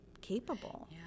capable